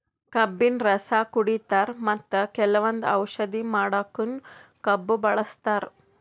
ಕಬ್ಬಿನ್ ರಸ ಕುಡಿತಾರ್ ಮತ್ತ್ ಕೆಲವಂದ್ ಔಷಧಿ ಮಾಡಕ್ಕನು ಕಬ್ಬ್ ಬಳಸ್ತಾರ್